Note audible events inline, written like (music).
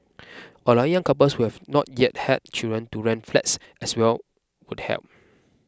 (noise) allowing young couples who have not yet had children to rent flats as well would help